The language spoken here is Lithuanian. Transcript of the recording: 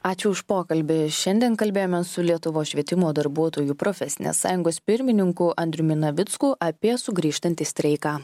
ačiū už pokalbį šiandien kalbėjome su lietuvos švietimo darbuotojų profesinės sąjungos pirmininku andriumi navicku apie sugrįžtantį streiką